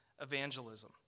evangelism